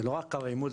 זה לא רק קו העימות,